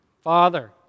Father